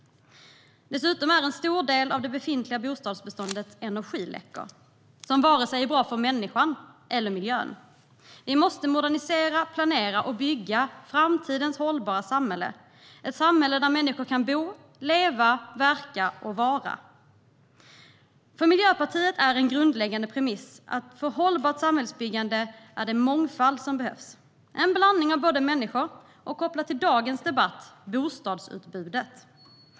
Dessutom är en stor del av det befintliga bostadsbeståndet energiläckor som inte är bra för vare sig människan eller miljön. Vi måste modernisera, planera och bygga framtidens hållbara samhälle, ett samhälle där människor kan bo, leva, verka och vara. För Miljöpartiet är en grundläggande premiss att det för hållbart samhällsbyggande behövs mångfald, en blandning av både människor och - kopplat till dagens debatt - bostadsutbudet.